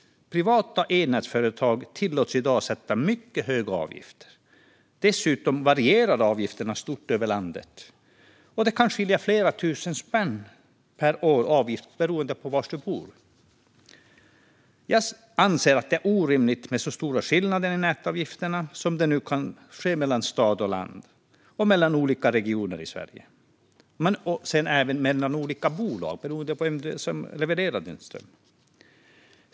Privata elnätsföretag tillåts i dag att sätta mycket höga avgifter. Dessutom varierar avgifterna stort över landet. Det kan skilja flera tusen spänn per år i avgift beroende på var du bor. Jag anser att det är orimligt med så stora skillnader i nätavgifterna som det nu kan vara mellan stad och land, mellan olika regioner i Sverige och även mellan olika bolag, beroende på vem det är som levererar din el.